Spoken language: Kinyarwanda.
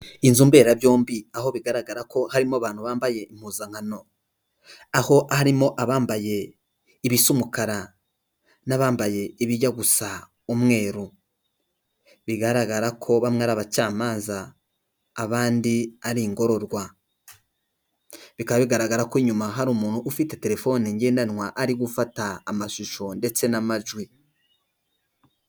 Inzu mbera byombi aho bigaragara ko harimo abantu bambaye impuzankano aho arimo abambaye ibisa umukara, n'abambaye ibijya gusa umweru bigaragara ko bamwe ari abacamanza abandi arigorororwa. Bikaba bigaragara ko inyuma hari umuntu ufite telefoni ngendanwa ari gufata amashusho ndetse n'amajwi.